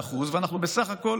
כ-13% במדדים, ואנחנו בסך הכול